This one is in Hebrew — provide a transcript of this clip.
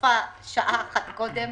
יפה שעה אחת קודם.